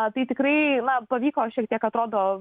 apytikrai na pavyko šiek tiek atrodo